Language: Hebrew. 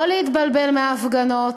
ולא להתבלבל מההפגנות.